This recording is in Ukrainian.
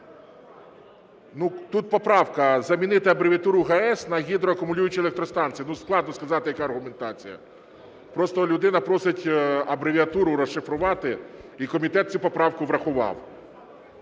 тут поправка замінити абревіатуру "ГАЕС" на "гідроакумулюючої електростанції". Тут складно сказати, яка аргументація. Просто людина просить абревіатуру розшифрувати, і комітет цю поправку врахував.